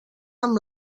amb